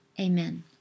Amen